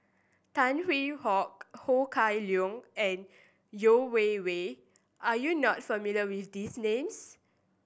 Tan Hwee Hock Ho Kah Leong and Yeo Wei Wei are you not familiar with these names